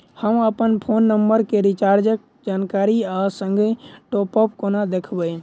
हम अप्पन phone number केँ रिचार्जक जानकारी आ संगहि टॉप अप कोना देखबै?